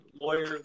lawyer